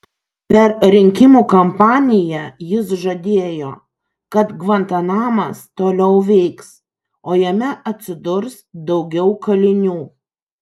per rinkimų kampaniją jis žadėjo kad gvantanamas toliau veiks o jame atsidurs daugiau kalinių